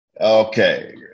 Okay